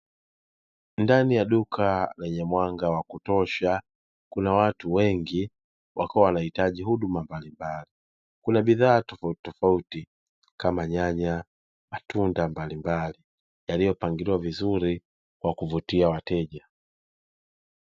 Ndani ya duka lenye mwanga wa kutosha, kuna watu wengi wakiwa wanahitaji huduma mbalimbali. Kuna bidha tofautitofauti, kama nyanya, matunda mbalimbali yaliyopangiliwa vizuri kwa kuvutia wateja.